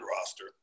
roster